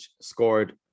scored